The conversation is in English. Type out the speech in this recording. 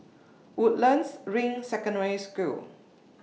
Woodlands Ring Secondary School